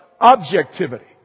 objectivity